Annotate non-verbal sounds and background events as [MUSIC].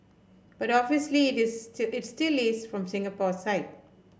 but obviously [UNINTELLIGIBLE] it still is from Singapore side